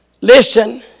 listen